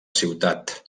ciutat